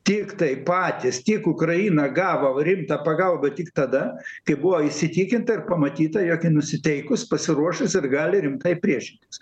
tiktai patys tiek ukraina gavo rimtą pagalbą tik tada kai buvo įsitikinta ir pamatyta jog ji nusiteikus pasiruošus ir gali rimtai priešintis